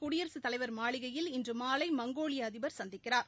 குடியரசுத் தலைவர் மாளிகையில் இன்று மாலை மங்கோலிய அதிபர் சந்திக்கிறார்